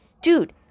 dude